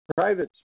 private